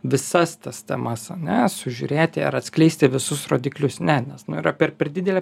visas tas temas ane sužiūrėti ar atskleisti visus rodiklius ne nes nu yra per per didelė